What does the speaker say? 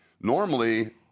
Normally